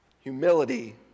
Humility